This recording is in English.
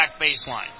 baseline